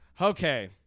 Okay